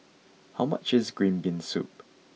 how much is green bean soup